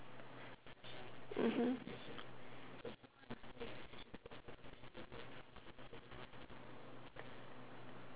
mmhmm